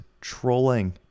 trolling